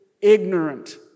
ignorant